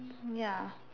ya